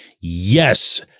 yes